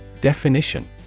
Definition